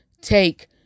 take